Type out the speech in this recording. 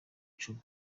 icumi